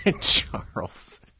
Charles